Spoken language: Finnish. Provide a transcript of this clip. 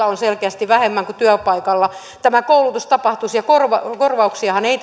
on selkeästi vähemmän kun tämä koulutus tapahtuisi työpaikalla korvauksia ei